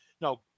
no